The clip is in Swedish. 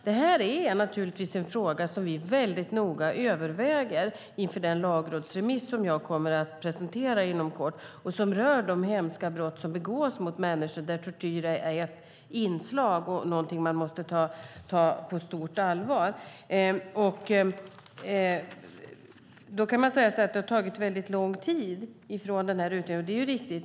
Det här är naturligtvis en fråga som vi väldigt noga överväger inför den lagrådsremiss som jag kommer att presentera inom kort och som rör de hemska brott som begås mot människor där tortyr är ett inslag och något som vi måste ta på stort allvar. Man kan säga att det har tagit väldigt lång tid sedan utredningen kom, och det är riktigt.